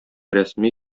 рәсми